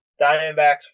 Diamondbacks